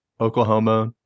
Oklahoma